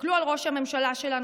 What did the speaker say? תסתכלו על ראש הממשלה שלנו,